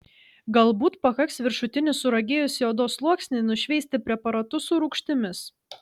galbūt pakaks viršutinį suragėjusį odos sluoksnį nušveisti preparatu su rūgštimis